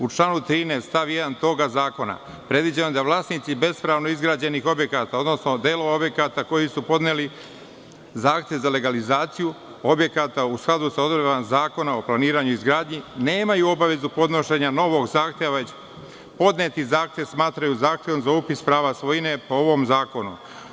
U članu 13. stav 1. tog zakona predviđeno je da vlasnici bespravno izgrađenih objekta, odnosno delova objekata na koji su podneli zahtev za legalizaciju objekata u skladu sa odredbama Zakona o planiranju i izgradnji nemaju obavezu podnošenja novog zahteva, već podneti zahtev smatraju zahtevom za upis prava svojine po ovom zakonu.